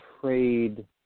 trade